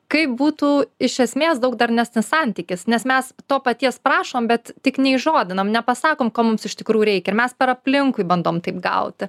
kaip būtų iš esmės daug darnesnis santykis nes mes to paties prašom bet tik neįžodinam nepasakom ko mums iš tikrųjų reikia ir mes per aplinkui bandom taip gauti